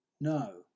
No